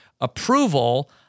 approval